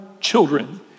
children